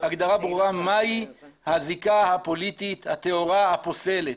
הגדרה ברורה מהי הזיקה הפוליטית הטהורה הפוסלת.